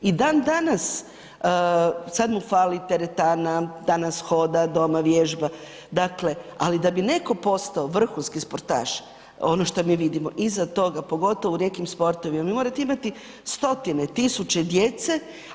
I dan danas, sada mu fali teretana, danas hoda doma vježba, ali da bi neko postao vrhunski sportaš ono što mi vidimo iza toga pogotovo u nekim sportovima, vi morate imati stotine, tisuće djece.